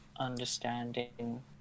Understanding